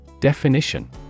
Definition